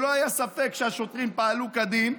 שלא היה ספק שהשוטרים פעלו כדין,